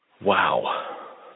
Wow